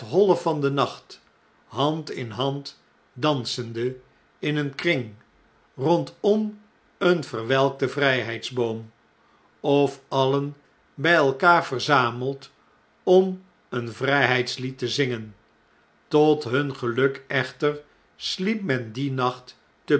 van den nacht hand in hand dansende in een kring rondom een verwelkten vrijheidsboom of alien bij elkaar verzameld om een vrijheidslied te zingen tot hun geluk echter liep men dien nacht